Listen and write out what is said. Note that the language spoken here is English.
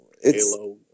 Halo